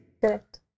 Correct